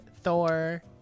Thor